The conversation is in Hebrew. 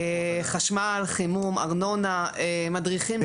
חשמל, חימום, ארונה, מדריכים.